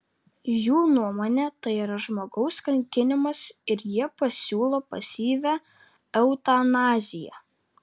jų nuomone tai yra žmogaus kankinimas ir jie pasiūlo pasyvią eutanaziją